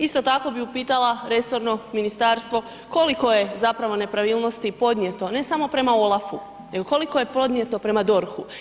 Isto tako bih upitala resorno ministarstvo, koliko je zapravo nepravilnosti podnijeto, ne samo prema OLAF-u nego koliko je podnijeto prema DORH-u?